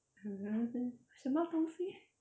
什么东西